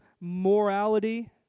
morality